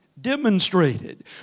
demonstrated